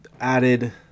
added